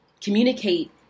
communicate